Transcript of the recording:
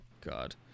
God